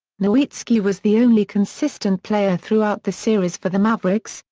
nowitzki was the only consistent player throughout the series for the mavericks,